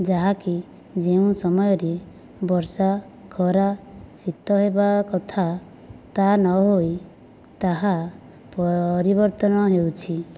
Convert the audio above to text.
ଯାହା କି ଯେଉଁ ସମୟରେ ବର୍ଷା ଖରା ଶୀତ ହେବା କଥା ତାହା ନ ହୋଇ ତାହା ପରିବର୍ତ୍ତନ ହେଉଛି